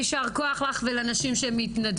יישר כוח לך ולנשים שמתנדבות.